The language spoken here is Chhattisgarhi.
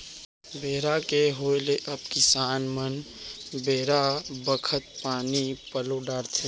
बोर के होय ले अब किसान मन बेरा बखत पानी पलो डारथें